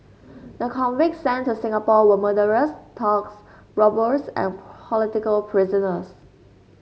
the convicts sent to Singapore were murderers thugs robbers and political prisoners